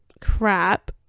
crap